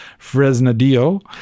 Fresnadillo